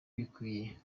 bikwiye